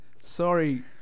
Sorry